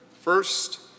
First